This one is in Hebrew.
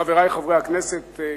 חברי חברי הכנסת,